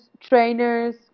trainers